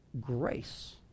grace